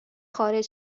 خارج